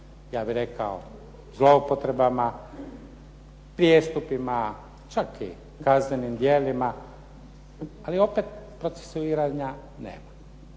ja bih rekao zloupotrebama, prijestupima, čak i kaznenim djelima ali opet procesuiranja nema,